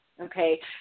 Okay